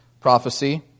prophecy